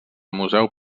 museu